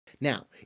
Now